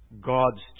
God's